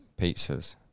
pizzas